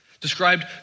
Described